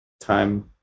Time